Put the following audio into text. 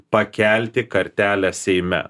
pakelti kartelę seime